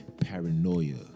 paranoia